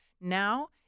now